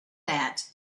that